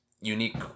unique